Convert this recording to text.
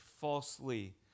falsely